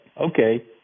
Okay